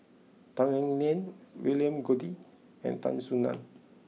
Tan Eng Liang William Goode and Tan Soo Nan